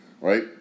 right